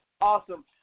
awesome